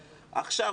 עכשיו,